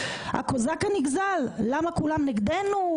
הקוזאק הנגזל למה כולם נגדנו?